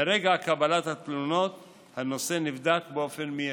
מרגע קבלת התלונות הנושא נבדק באופן מיידי,